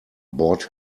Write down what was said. bought